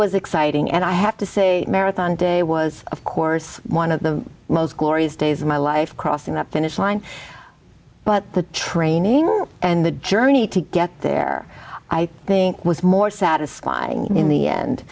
was exciting and i have to say marathon day was of course one of the most glorious days of my life crossing the finish line but the training and the journey to get there i think was more satisfying in the